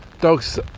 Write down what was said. dogs